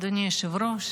אדוני היושב-ראש,